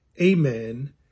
amen